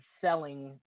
selling